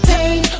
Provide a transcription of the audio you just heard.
Pain